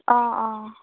অঁ অঁ